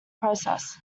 process